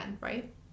right